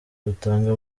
rutanga